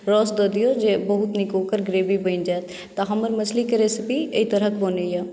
रस दऽ दियौ जे बहुत नीक ओकर ग्रेवी बनि जाएत तऽ हमर मछलीके रेसिपी एहि तरहक बनैया